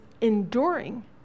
enduring